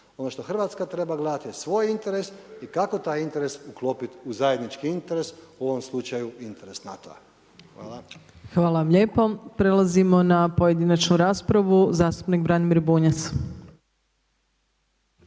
ono što Hrvatska treba gledati je svoj interes i kako taj interes uklopiti u zajednički interes u ovom slučaju interes NATO-a. Hvala. **Opačić, Milanka (SDP)** Hvala vam lijep. Prelazimo na pojedinačnu raspravu. Zastupnik Branimir Bunjac.